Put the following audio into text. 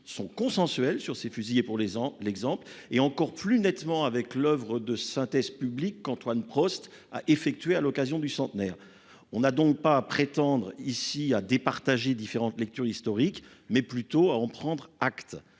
sont consensuels sur ces fusillés pour les en l'exemple et encore plus nettement avec l'oeuvre de synthèse. Antoine Prost a effectué à l'occasion du centenaire. On n'a donc pas prétendre ici à départager différentes lectures historique mais plutôt à en prendre acte.